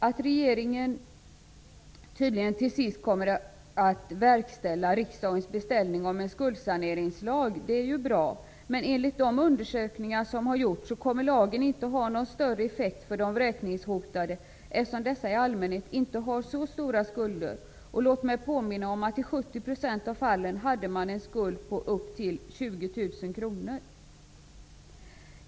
Att regeringen tydligen till sist kommer att verkställa riksdagens beställning på en skuldsaneringslag är bra. Men enligt de undersökningar som gjorts kommer en sådan lag inte att ha någon större effekt för de vräkningshotade människorna, eftersom dessa i allmänhet inte har tillräckligt höga skulder. Låt mig påminna om att man i 70 % av fallen hade en skuld på upp till 20 000 kr.